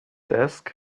desk